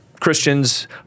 Christians